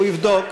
הוא יבדוק.